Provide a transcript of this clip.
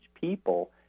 people